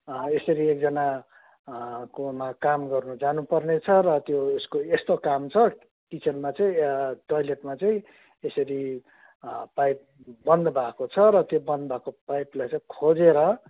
यसरी एकजना कोमा काम गर्नु जानु पर्नेछ र त्यो उसको यस्तो काम छ किचनमा चाहिँ टोइलेटमा चाहिँ यसरी पाइप बन्द भएको छ र त्यो बन्द भएको पाइपलाई चाहिँ खोजेर